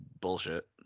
bullshit